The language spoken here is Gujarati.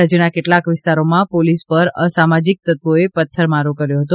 રાજ્યના કેટલાંક વિસ્તારોમાં પોલીસ પર અસામાજિક તત્વોએ પત્થરમારો કર્યો હતો